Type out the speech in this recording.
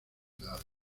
ciudades